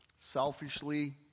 selfishly